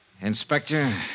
Inspector